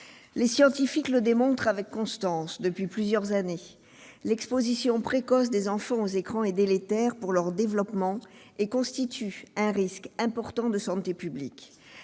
Les scientifiques le démontrent avec constance depuis plusieurs années, l'exposition précoce des enfants aux écrans est délétère pour leur développement et constitue un risque important de santé publique.